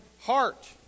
heart